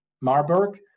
Marburg